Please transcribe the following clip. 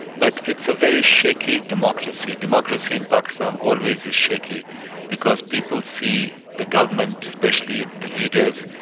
but it's a very shaky democracy. democracy in pakistan always is shaky because people see the government, especially the leaders,